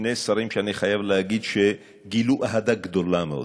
שני שרים שאני חייב להגיד שגילו אהדה גדולה מאוד.